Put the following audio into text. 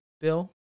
bill